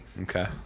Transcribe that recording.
Okay